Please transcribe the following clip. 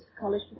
college